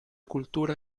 cultura